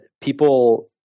people